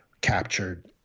captured